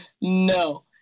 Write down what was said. No